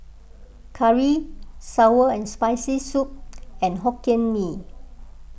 Curry Sour and Spicy Soup and Hokkien Mee